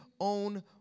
own